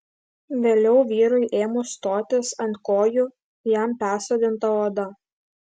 vėliau vyrui ėmus stotis ant kojų jam persodinta oda